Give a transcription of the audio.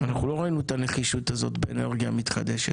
אנחנו לא ראינו את הנחישות הזאת באנרגיה מתחדשת,